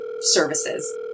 services